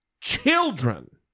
children